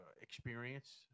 experience